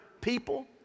people